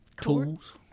Tools